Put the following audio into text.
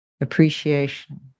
appreciation